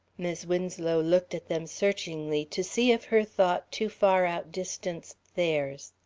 mis' winslow looked at them searchingly to see if her thought too far outdistanced theirs.